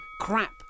crap